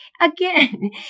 again